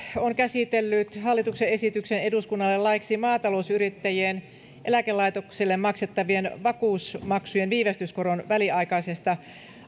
on käsitellyt hallituksen esityksen eduskunnalle laiksi maatalousyrittäjien eläkelaitokselle maksettavien vakuutusmaksujen viivästyskoron väliaikaisesta